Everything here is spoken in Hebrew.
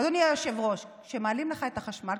אדוני היושב-ראש: כשמעלים לך את החשמל,